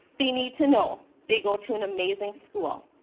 they need to know they go to an amazing school.